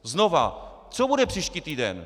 Znovu: Co bude příští týden?